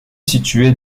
située